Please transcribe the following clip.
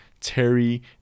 Terry